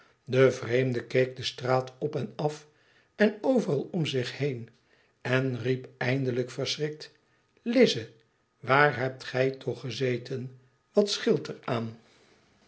de vreemde keek de straat op en af en overal om zich heen en riep eindelijk verschrikt ilize waar hebt gij toch gezeten wat scheelt er aan